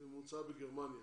בממוצע בגרמניה.